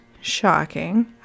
shocking